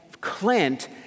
Clint